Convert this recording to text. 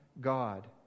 God